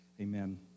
amen